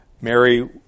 Mary